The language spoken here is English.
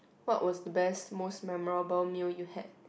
what was the best most memorable meal you had